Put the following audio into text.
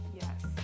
Yes